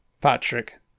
Patrick